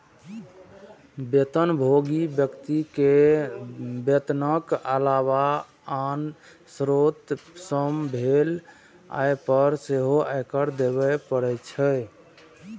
वेतनभोगी व्यक्ति कें वेतनक अलावा आन स्रोत सं भेल आय पर सेहो आयकर देबे पड़ै छै